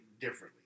differently